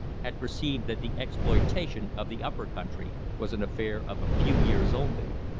had perceived that the exploitation of the upper country was an affair of a few years only.